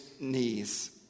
knees